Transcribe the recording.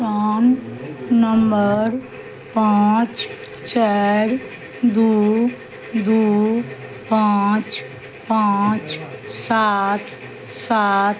rogue number पाँच चारि दू दू पाँच पाँच सात सात